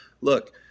look